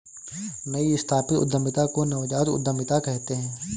नई स्थापित उद्यमिता को नवजात उद्दमिता कहते हैं